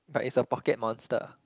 but it's a pocket monster